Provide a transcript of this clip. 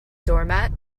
doormat